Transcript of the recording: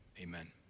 Amen